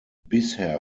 bisher